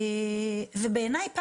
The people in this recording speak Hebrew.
ובעיניי פעמיים,